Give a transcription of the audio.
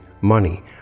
money